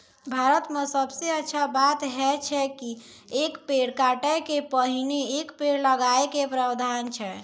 भारत मॅ सबसॅ अच्छा बात है छै कि एक पेड़ काटै के पहिने एक पेड़ लगाय के प्रावधान छै